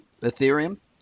Ethereum